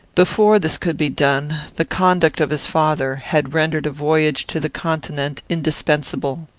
before this could be done, the conduct of his father had rendered a voyage to the continent indispensable.